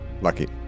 Lucky